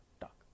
talk